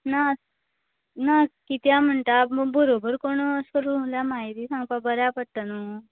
ना ना कित्या म्हणटा बरोबर असो कोण उरल्यार माहेती सांगपा बऱ्या पडटा न्हू